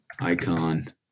icon